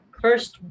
First